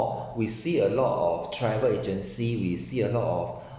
we see a lot of travel agency we see a lot of